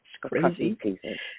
crazy